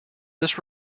this